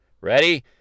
Ready